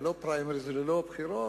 ללא פריימריס וללא בחירות,